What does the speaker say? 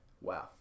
wow